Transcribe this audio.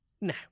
Now